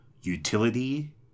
utility